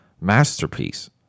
masterpiece